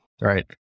Right